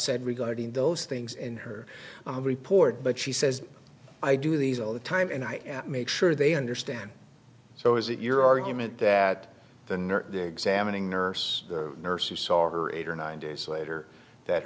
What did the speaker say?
said regarding those things in her report but she says i do these all the time and i make sure they understand so is it your argument that the nurse they're examining nurse nurses saw her eight or nine days later that